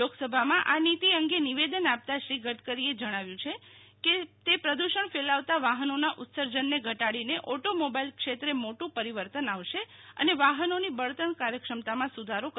લોક સભામાં આ નીતિ અંગે નિવેદન આપતા શ્રી ગડકરીએ જણાવ્યું કેતે પ્રદુષણ ફેલાવતા વાહનોના ઉત્સર્જનને ઘટાડીને ઓટોમોબાઈલ ક્ષેત્રે મોટું પરિવર્તન આવશે ને વાહનોની બળતણ કાર્યક્ષમતામાં સુધારો કરશે